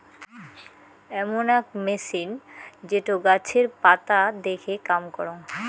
এমন আক মেছিন যেটো গাছের পাতা দেখে কাম করং